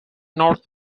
north